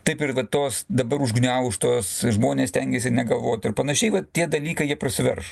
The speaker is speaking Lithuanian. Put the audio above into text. taip ir va tos dabar užgniaužtos žmonės stengiasi negalvot ir panašiai vat tie dalykai jie prasiverš